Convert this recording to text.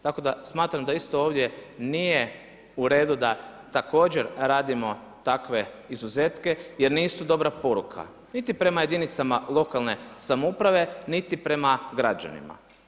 Tako da smatram da isto ovdje nije u redu da također radimo takve izuzetke jer nisu dobra poruka nit prema jedinicama lokalne samouprave niti prema građanima.